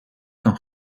kan